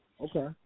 Okay